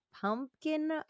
Pumpkin